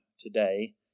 today